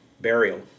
burial